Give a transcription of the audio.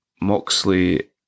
Moxley